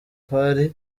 far